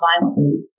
violently